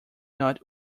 not